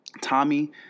Tommy